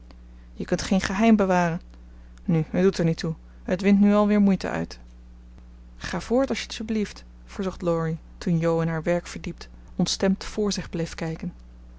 je kunt geen geheim bewaren nu het doet er niet toe het wint nu alweer moeite uit ga voort als t je belieft verzocht laurie toen jo in haar werk verdiept ontstemd voor zich bleef kijken